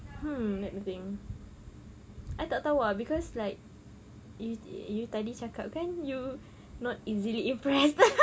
hmm let me think I tak tahu ah cause like you you tadi cakap kan you not easily impressed